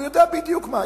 הוא יודע בדיוק מה.